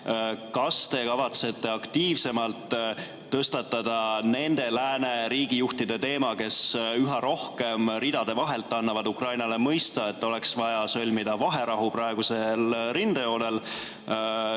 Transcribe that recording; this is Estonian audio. Kas te kavatsete aktiivsemalt tõstatada nende lääne riigijuhtide teema, kes üha rohkem ridade vahelt annavad Ukrainale mõista, et oleks vaja sõlmida vaherahu praegusel rindejoonel?